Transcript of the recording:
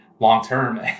long-term